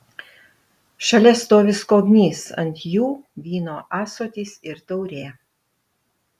šalia stovi skobnys ant jų vyno ąsotis ir taurė